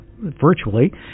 virtually